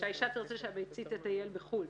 שהאישה תרצה שהביצית תטייל בחו"ל.